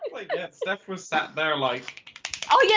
like yeah steph was sat there like oh yeah,